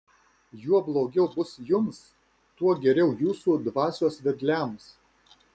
juo blogiau bus jums tuo geriau jūsų dvasios vedliams